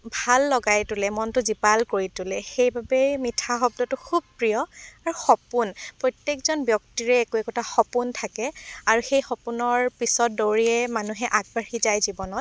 ভাল লগাই তোলে মনটো জীপাল কৰি তোলে সেইবাবেই মিঠা শব্দটো খুব প্ৰিয় আৰু সপোন প্ৰতেকজন ব্যক্তিৰে একো একোটা সপোন থাকে আৰু সেই সপোনৰ পিছত দৌৰিয়েই মানুহে আগবাঢ়ি যায় জীৱনত